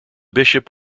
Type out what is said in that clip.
bishop